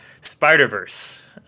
Spider-Verse